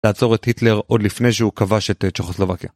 לעצור את היטלר עוד לפני שהוא כבש את צ׳כוסלובקיה.